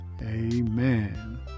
amen